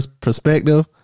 perspective